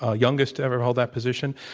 ah youngest to ever hold that position.